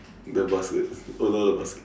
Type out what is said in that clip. the basket oh not the basket